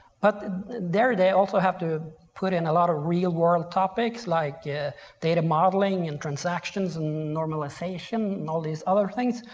but there they also have to put in a lot of real world topics like data modeling and transactions and normalization and all these other things.